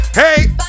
hey